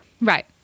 Right